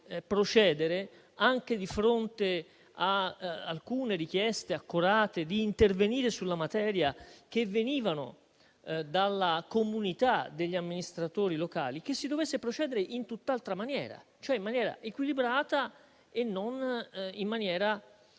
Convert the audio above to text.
procedere, anche di fronte ad alcune richieste accorate di intervenire sulla materia che venivano dalla comunità degli amministratori locali, in tutt'altra maniera cioè in maniera equilibrata e non dottrinaria